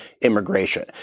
immigration